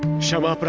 shiva. but